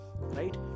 Right